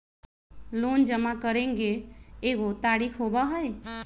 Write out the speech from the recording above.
Loan जमा करेंगे एगो तारीक होबहई?